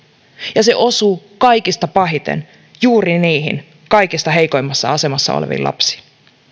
ja se osuu kaikista pahiten juuri niihin kaikista heikoimmassa asemassa oleviin lapsiin